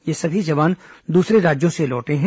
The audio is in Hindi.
ये सभी जवान दूसरे राज्यों से लौटे हैं